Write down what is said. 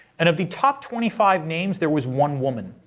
and of the top twenty five names, there was one woman.